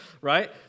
right